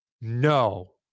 No